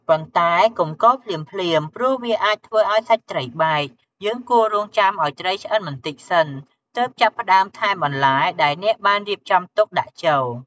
ប៉ុន្តែ កុំកូរភ្លាមៗ ព្រោះវាអាចធ្វើឱ្យសាច់ត្រីបែក យើងគួររង់ចាំឱ្យត្រីឆ្អិនបន្តិចសិន ទើបចាប់ផ្ដើម ថែមបន្លែ ដែលអ្នកបានរៀបចំទុកដាក់ចូល។